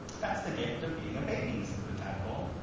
that's the gift of being a baby, says the tadpole.